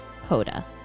Coda